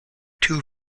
two